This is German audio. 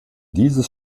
dieses